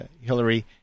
Hillary